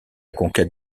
conquête